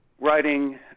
writing